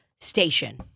station